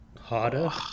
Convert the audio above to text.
harder